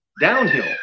downhill